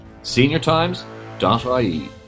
seniortimes.ie